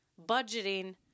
budgeting